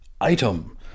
Item